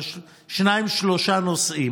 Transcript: על שניים-שלושה נושאים,